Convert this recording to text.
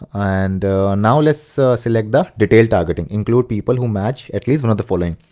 and now let's select the detailed targeting. include people who match at least one of the following.